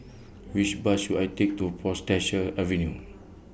Which Bus should I Take to Portchester Avenue